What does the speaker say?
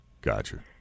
Gotcha